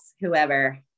whoever